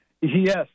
Yes